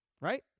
right